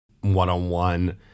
one-on-one